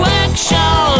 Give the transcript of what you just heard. action